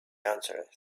answered